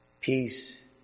Peace